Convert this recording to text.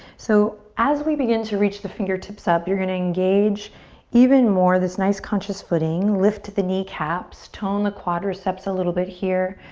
so as we begin to reach the fingertips up you're gonna engage even more this nice conscious footing. lift the kneecaps. tone the quadriceps a little bit here.